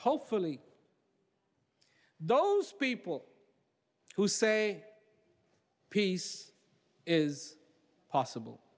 hopefully those people who say peace is possible